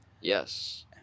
Yes